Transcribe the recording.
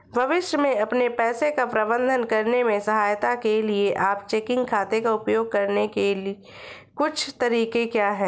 भविष्य में अपने पैसे का प्रबंधन करने में सहायता के लिए आप चेकिंग खाते का उपयोग करने के कुछ तरीके क्या हैं?